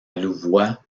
louvois